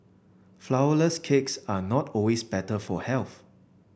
flourless cakes are not always better for health